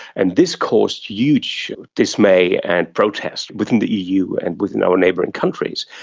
and this caused huge dismay and protest within the eu and within our neighbouring countries.